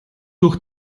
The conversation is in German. durch